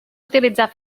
utilitzar